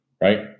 right